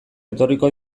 etorriko